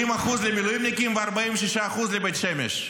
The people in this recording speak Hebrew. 20% למילואימניקים ו-46% לבית שמש,